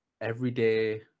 everyday